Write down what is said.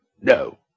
No